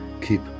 keep